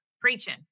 preaching